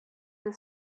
the